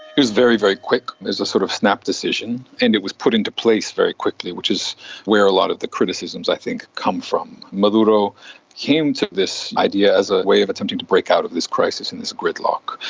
very, very quick as a sort of snap decision, and it was put into place very quickly, which is where a lot of the criticisms i think come from. maduro came to this idea as a way of attempting to break out of this crisis and this gridlock.